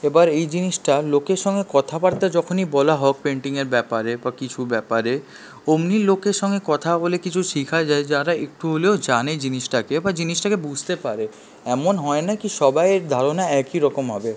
এবার এই জিনিসটা লোকের সঙ্গে কথাবার্তা যখনই বলা হোক পেইন্টিংয়ের ব্যাপারে বা কিছুর ব্যাপারে ওমনি লোকের সঙ্গে কথা বলে কিছু শেখা যায় যারা একটু হলেও জানে জিনিসটাকে বা জিনিসটাকে বুঝতে পারে এমন হয় নাকি সবাইয়ের ধারণা একই রকম হবে